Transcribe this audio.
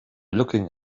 looking